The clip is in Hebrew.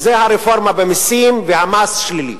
זה הרפורמה במסים והמס השלילי,